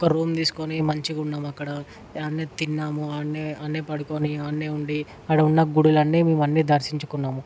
ఒక రూమ్ తీసుకొని మంచిగా ఉన్నాం అక్కడ అన్ని తిన్నాము అక్కడనే అక్కడనే పడుకొని అక్కడనే ఉండి అక్కడ ఉన్న గుడులు అన్నీ మేము అన్నీ దర్శించుకున్నాము